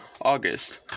August